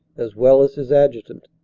as well as his adjutant,